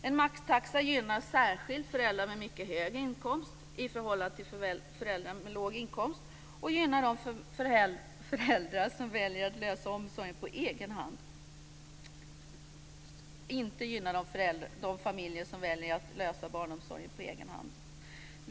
En maxtaxa gynnar särskilt föräldrar med mycket hög inkomst i förhållande till föräldrar med låg inkomst, och gynnar inte de familjer som väljer att lösa barnomsorgen på egen hand.